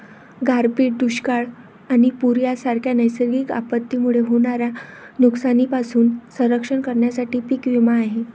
गारपीट, दुष्काळ आणि पूर यांसारख्या नैसर्गिक आपत्तींमुळे होणाऱ्या नुकसानीपासून संरक्षण करण्यासाठी पीक विमा आहे